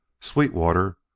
Sweetwater